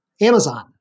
Amazon